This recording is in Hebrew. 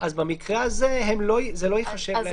אז במקרה הזה לא ייחשב להם --- זה